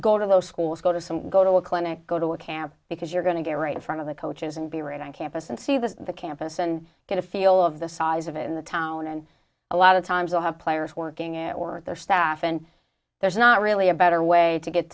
go to those schools go to some go to a clinic go to a camp because you're going to get right in front of the coaches and be right on campus and see this the campus and get a feel of the size of it in the town and a lot of times i have players working it or their staff and there's not really a better way to get